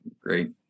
great